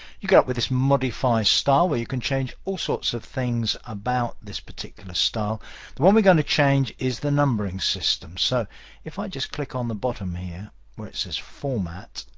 you get up with this modify style where you can change all sorts of things about this particular style. the one we're going to change is the numbering system. so if i just click on the bottom here where it says format,